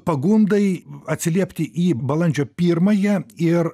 pagundai atsiliepti į balandžio pirmąją ir